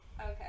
Okay